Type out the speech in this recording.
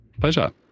Pleasure